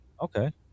okay